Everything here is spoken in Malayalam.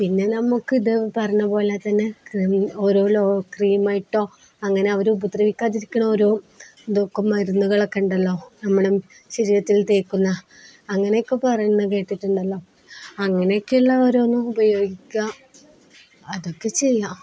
പിന്നെ നമുക്ക് ഇത് പറഞ്ഞതുപോലെ തന്നെ ഓരോ ക്രീമായിട്ടോ അങ്ങനെ അവര് ഉപദ്രവിക്കാതിരിക്കുന്ന ഓരോ ഇതൊക്കെ മരുന്നുകളൊക്കെയുണ്ടല്ലോ നമ്മുടെ ശരീരത്തിൽ തേക്കുന്നത് അങ്ങനെയൊക്കെ പറയുന്നത് കേട്ടിട്ടുണ്ടല്ലോ അങ്ങനെയൊക്കെയുള്ള ഓരോന്നും ഉപയോഗിക്കുക അതൊക്കെ ചെയ്യുക